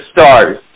Stars